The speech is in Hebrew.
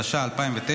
התש"ע 2009,